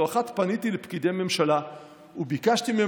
לא אחת פניתי לפקידי ממשלה וביקשתי מהם